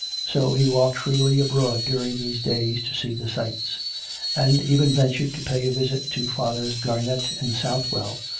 so he walked freely abroad during these days to see the sights and even ventured to pay a visit to fathers garnett and southwell,